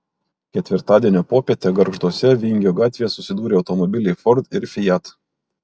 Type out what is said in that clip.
ketvirtadienio popietę gargžduose vingio gatvėje susidūrė automobiliai ford ir fiat